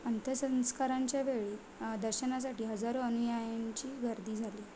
अंत्यसंस्कारांच्या वेळी दर्शनासाठी हजारो अनुयायांची गर्दी झाली